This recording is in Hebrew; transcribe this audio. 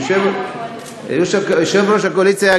איוב, מי היה יושב-ראש הקואליציה?